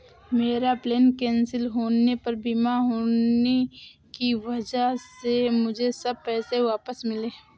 मेरा plane cancel होने पर बीमा होने की वजह से मुझे सब पैसे वापस मिले